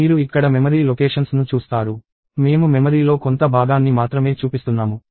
మీరు ఇక్కడ memory locations ను చూస్తారు మేము మెమరీలో కొంత భాగాన్ని మాత్రమే చూపిస్తున్నాము